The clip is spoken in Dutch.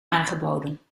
aangeboden